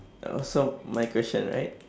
oh so my question right